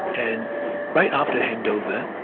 and right after hand-over,